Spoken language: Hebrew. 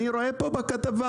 אני רואה פה בכתבה,